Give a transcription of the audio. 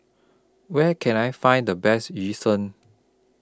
Where Can I Find The Best Yu Seng